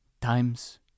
times